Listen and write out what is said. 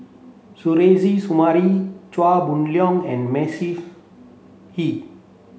Suzairhe Sumari Chia Boon Leong and Hee